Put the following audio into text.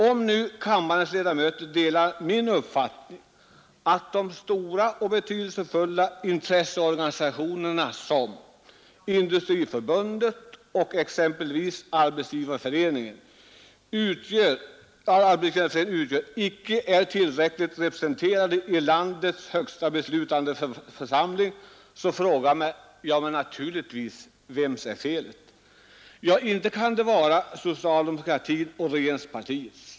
Om nu kammarens ledamöter delar min uppfattning att de stora och betydelsefulla intresseorganisationer som Industriförbundet och exempelvis Arbetsgivareföreningen utgör icke är tillräckligt representerade i landets högsta beslutande församling, så frågar man sig naturligtvis: Vems är felet? Ja, inte kan det vara socialdemokratins och regeringspartiets.